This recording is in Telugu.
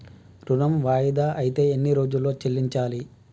ఋణం వాయిదా అత్తే ఎన్ని రోజుల్లో చెల్లించాలి?